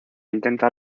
intenta